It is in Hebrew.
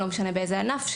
לא משנה מאיזה ענף,